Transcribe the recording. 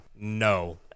No